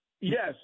Yes